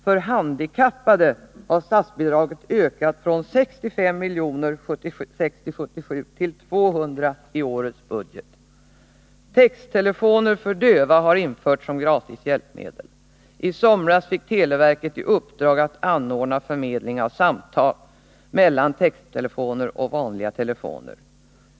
För handikappade har statsbidraget ökat från 65 milj.kr. budgetåret 1976/77 till ca 200 milj.kr. i årets budget. Texttelefoner för döva har införts som gratis hjälpmedel. Televerket har i sommar fått i uppdrag att anordna förmedling av samtal mellan texttelefoner och vanliga telefoner.